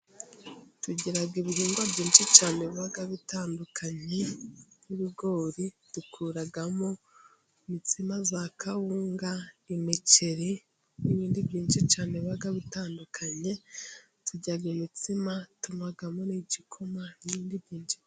Tugira ibihingwa byinshi cyane biba bitandukanye . Nk'ibigori dukuramo imitsima ya kawunga, imiceri n'ibindi byinshi cyane biba bitandukanye. Turya imitsima ,tunywamo igikoma n'indi bigiye ....